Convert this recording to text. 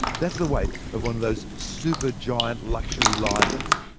that's the weight of one of those super-giant luxury liners.